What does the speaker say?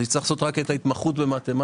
יצטרך לעשות רק את ההתמחות במתמטיקה